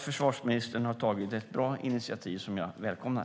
Försvarsministern har tagit ett bra initiativ som jag välkomnar.